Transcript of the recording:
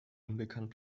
unbekannt